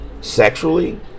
sexually